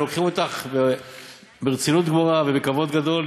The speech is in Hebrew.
הם לוקחים אותך ברצינות גמורה ובכבוד גדול,